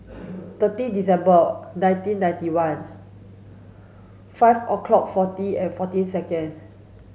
thirty December nineteen ninety one five o'clock forty and fourteen seconds